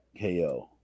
ko